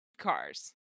Cars